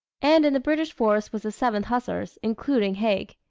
and in the british force was the seventh hussars, including haig.